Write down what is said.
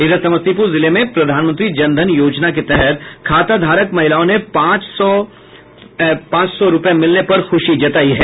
इधर समस्तीपुर जिले में प्रधानमंत्री जन धन योजना के तहत खाताधारक महिलाओं ने पांच सौ पांच सौ रूपये मिलने पर खुशी जतायी है